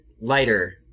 lighter